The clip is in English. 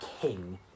king